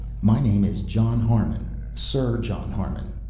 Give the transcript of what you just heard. my name is john harmon sir john harmon.